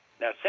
Now